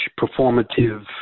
performative